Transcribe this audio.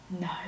No